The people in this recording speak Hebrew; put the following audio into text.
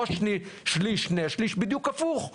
לא שליש, בדיוק הפוך.